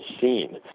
scene